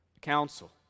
council